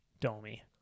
Domi